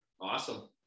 Awesome